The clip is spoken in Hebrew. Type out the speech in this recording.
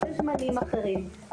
זמנים אחרים.